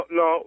no